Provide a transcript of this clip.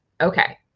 Okay